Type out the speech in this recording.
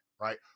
Right